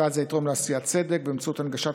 צעד זה יתרום לעשיית צדק באמצעות הנגשת